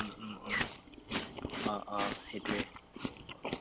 অঁ অঁ সেইটোৱে